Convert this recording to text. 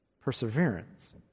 Perseverance